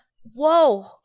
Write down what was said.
Whoa